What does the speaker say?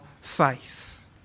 faith